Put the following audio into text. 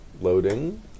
Loading